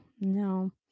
No